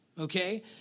okay